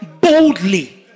boldly